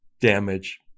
damage